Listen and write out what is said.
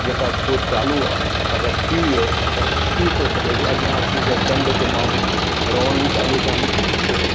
जेका खोज चालू आहे अगरि थी वयो त थी थो सघे की अॻियां अची करे चंड ते माण्हू रहणु बि चालू कनि हुते